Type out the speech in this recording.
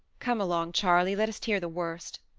come along, charley let us hear the worst.